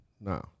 No